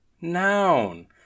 Noun